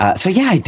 ah so yeah,